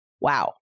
Wow